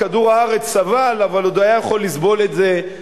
כדור-הארץ סבל אבל הוא עוד היה יכול לסבול בשקט,